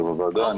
יו"ר הוועדה,